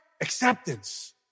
acceptance